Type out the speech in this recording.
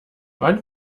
wann